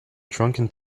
drunken